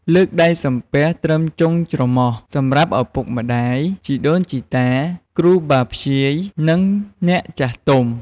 លើកដៃសំពះត្រឹមចុងច្រមុះ សម្រាប់ឪពុកម្តាយ ជីដូនជីតា គ្រូបាធ្យាយ និងអ្នកចាស់ទុំ។